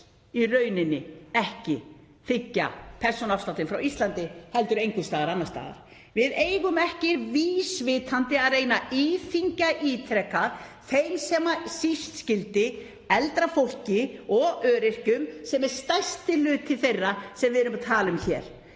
í rauninni ekki þiggja persónuafsláttinn frá Íslandi heldur einhvers staðar annars staðar. Við eigum ekki vísvitandi að reyna að íþyngja ítrekað þeim sem síst skyldi, eldra fólki og öryrkjum, sem er stærsti hluti þeirra sem við erum að tala um hér,